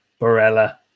Barella